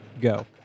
Go